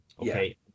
Okay